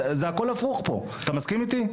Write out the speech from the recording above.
זה הכל הפוך פה, אתה מסכים איתי?